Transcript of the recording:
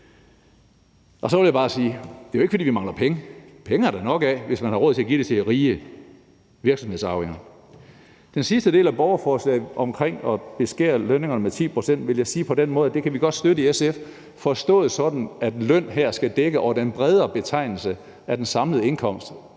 Så vil jeg bare sige: Det er jo ikke, fordi vi mangler penge. Penge er der nok af, hvis man har råd til at give dem til rige virksomhedsarvinger. Til den sidste del af borgerforslaget omkring det at beskære lønningerne med 10 pct. vil jeg sige det på den måde, at det kan vi i SF godt støtte, forstået sådan, at løn her er en bredere betegnelse, der skal dække